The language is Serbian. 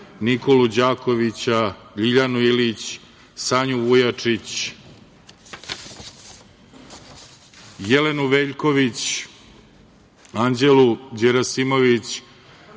Nikolu Đakovića, Ljiljanu Ilić, Sanju Vujačić, Jelenu Veljković, Anđelu Đerasimović,